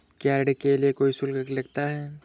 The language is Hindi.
क्या ऋण के लिए कोई शुल्क लगता है?